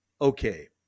Okay